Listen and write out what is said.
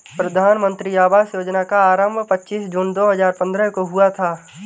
प्रधानमन्त्री आवास योजना का आरम्भ पच्चीस जून दो हजार पन्द्रह को हुआ था